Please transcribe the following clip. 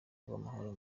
bw’amahoro